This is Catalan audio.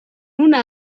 una